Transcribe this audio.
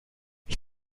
ich